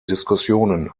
diskussionen